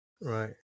Right